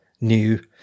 new